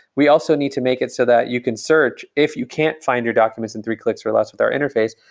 we also need to make it so that you can search. if you can't find your documents and three clicks or less with our interface,